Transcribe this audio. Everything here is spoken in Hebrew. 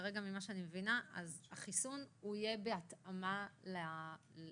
כרגע, ממה שאני מבינה, החיסון יהיה בהתאמה לגילוי.